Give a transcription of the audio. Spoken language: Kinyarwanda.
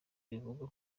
rivuga